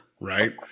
Right